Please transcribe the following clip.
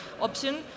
option